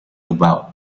about